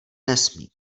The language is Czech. nesmí